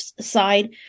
side